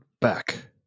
back